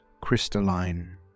crystalline